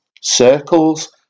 Circles